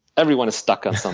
everyone is stuck on some